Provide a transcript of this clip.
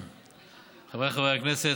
חבריי חברי הכנסת,